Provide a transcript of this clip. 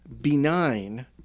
benign